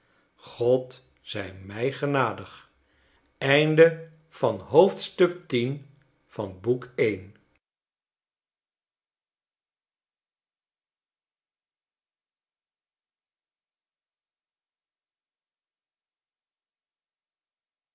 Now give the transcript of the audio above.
god zij mij genadig